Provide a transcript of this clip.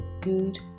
good